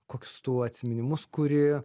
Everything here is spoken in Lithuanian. kokius tu atsiminimus kuri